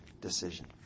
decision